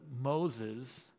Moses